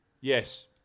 yes